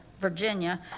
Virginia